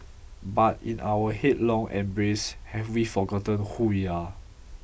but in our headlong embrace have we forgotten who we are